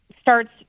starts